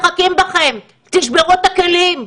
תשברו את הכלים.